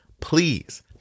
Please